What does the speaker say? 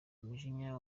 umujinya